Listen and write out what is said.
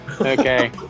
Okay